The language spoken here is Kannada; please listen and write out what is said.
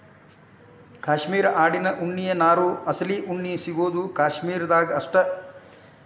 ಕ್ಯಾಶ್ಮೇರ ಆಡಿನ ಉಣ್ಣಿಯ ನಾರು ಅಸಲಿ ಉಣ್ಣಿ ಸಿಗುದು ಕಾಶ್ಮೇರ ದಾಗ ಅಷ್ಟ